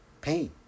pain